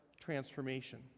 transformation